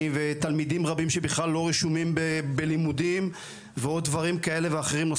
ותלמידים רבים שבכלל לא רשומים בלימודים ועוד דברים כאלה ואחרים,